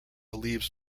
leaves